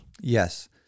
Yes